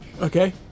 Okay